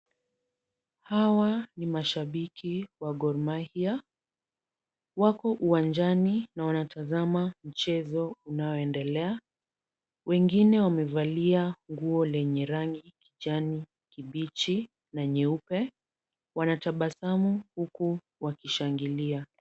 Hawa nashabiki wa Gormahia, wako uwanjani na unatazama mchezo unaoendelea, wengine wamevalia nguo lenye rangi kijani kibichi na nyeupe, wanatabasamu huku wakishangilia.